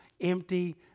empty